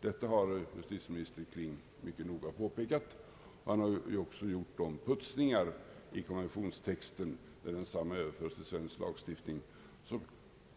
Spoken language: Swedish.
Detta har justitieministern mycket noga påpekat, och han har också gjort de finputsningar av konventionstexten, där densamma överförs till svensk lagstiftning, som